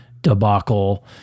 debacle